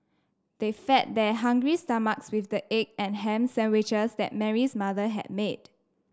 they fed their hungry stomachs with the egg and ham sandwiches that Mary's mother had made